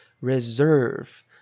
reserve